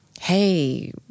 hey